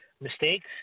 mistakes